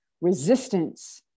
resistance